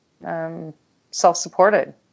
self-supported